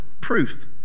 proof